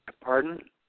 Pardon